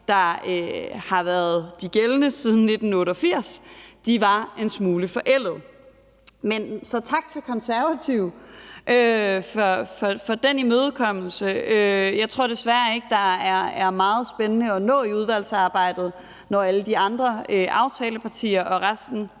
der har været de gældende siden 1988, var en smule forældede. Så tak til Konservative for den imødekommelse. Jeg tror desværre ikke, at der er meget spændende at nå i udvalgsarbejdet, når alle de andre aftalepartier og resten